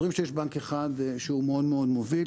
אז רואים שיש בנק אחד שהוא מאוד מאוד מוביל,